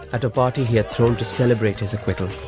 at a party here thrown to celebrate his acquittal,